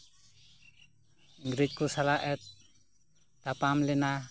ᱤᱝᱨᱮᱡ ᱠᱚ ᱥᱟᱞᱟᱜ ᱮᱭ ᱛᱟᱯᱟᱢ ᱞᱮᱱᱟ